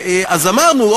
אז אמרנו,